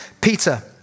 Peter